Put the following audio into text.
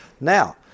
now